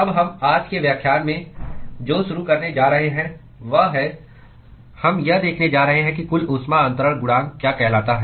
अब हम आज के व्याख्यान में जो शुरू करने जा रहे हैं वह है हम यह देखने जा रहे हैं कि कुल ऊष्मा अंतरण गुणांक क्या कहलाता है